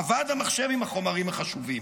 אבד המחשב עם החומרים החשובים.